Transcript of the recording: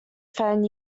fan